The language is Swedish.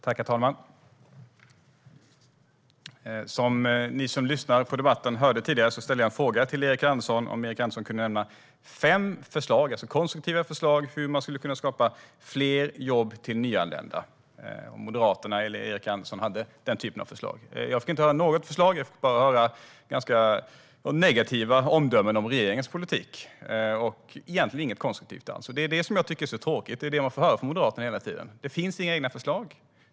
Herr talman! Som ni som lyssnar på debatten hörde tidigare ställde jag en fråga till Erik Andersson om han kunde nämna fem konstruktiva förslag om hur man skulle kunna skapa fler jobb till nyanlända. Jag frågade om Moderaterna och Erik Andersson hade den typen av förslag. Jag fick inte höra något förslag utan fick bara höra ganska negativa omdömen om regeringens politik och egentligen inget konstruktivt alls. Det är det som jag tycker är så tråkigt. Det är det som man hela tiden får höra från Moderaterna. Det finns inga egna förslag.